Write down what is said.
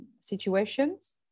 situations